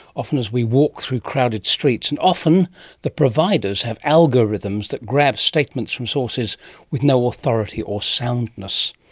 often as we walk through crowded streets, and often the providers have algorithms that grab statements from sources with no authority or soundness.